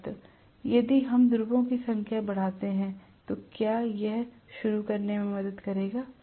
छात्र यदि हम ध्रुवों की संख्या बढ़ाते हैं तो क्या यह शुरू करने में मदद करेगा